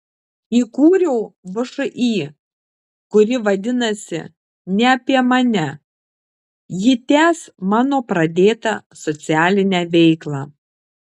įkūriau všį kuri vadinasi ne apie mane ji tęs mano pradėtą socialinę veiklą